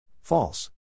False